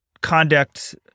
conduct